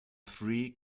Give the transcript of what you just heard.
three